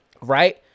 Right